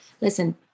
listen